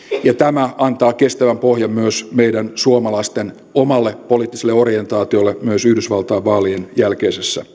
ja tämä antaa kestävän pohjan myös meidän suomalaisten omalle poliittiselle orientaatiolle myös yhdysvaltain vaalien jälkeisessä